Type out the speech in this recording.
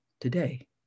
today